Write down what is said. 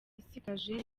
isigaje